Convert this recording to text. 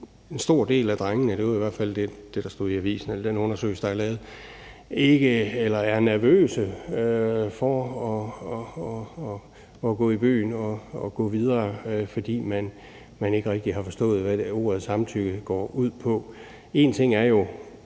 en stor del af drengene – sådan er det i hvert fald ifølge den undersøgelse, der er lavet – er nervøse for at gå i byen og gå videre, fordi man ikke rigtig har forstået, hvad ordet samtykke går ud på. Én ting er jo